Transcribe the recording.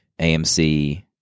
AMC